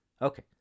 Okay